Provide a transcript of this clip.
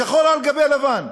שחור על גבי לבן,